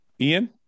Ian